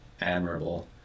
admirable